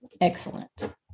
excellent